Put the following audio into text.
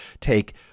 take